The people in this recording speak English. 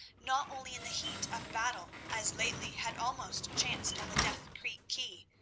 not only in the heat of battle, as lately had almost chanced on the death creek quay,